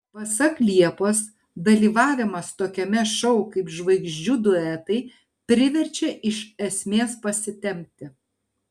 pasak liepos dalyvavimas tokiame šou kaip žvaigždžių duetai priverčia iš esmės pasitempti